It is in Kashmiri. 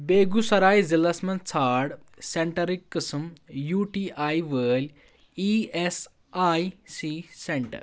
بیگوسَراے ضلعس مَنٛز ژھار سینٹرٕکۍ قٕسم یوٗ ٹی آیۍ وٲلۍ E S I C centre